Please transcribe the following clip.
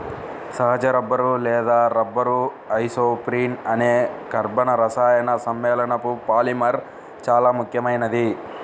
సహజ రబ్బరు లేదా rubber isoprene అనే కర్బన రసాయన సమ్మేళనపు పాలిమర్ చాలా ముఖ్యమైనది